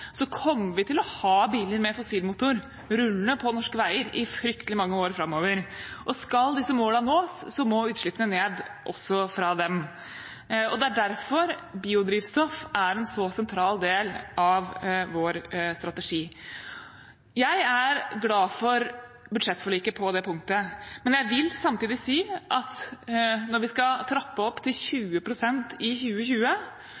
så sentral del av vår strategi. Jeg er glad for budsjettforliket på det punktet, men jeg vil samtidig si at når vi skal trappe opp til